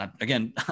again